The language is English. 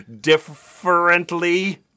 differently